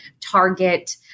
Target